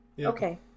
Okay